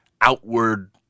outward